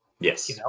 Yes